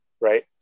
right